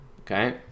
okay